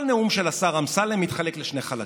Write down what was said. כל נאום של השר אמסלם מתחלק לשני חלקים.